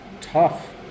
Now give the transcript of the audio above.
Tough